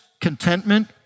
contentment